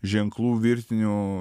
ženklų virtinių